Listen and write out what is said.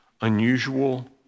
unusual